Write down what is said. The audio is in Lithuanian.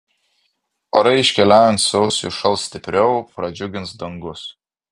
orai iškeliaujant sausiui šals stipriau pradžiugins dangus